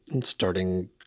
starting